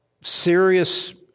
serious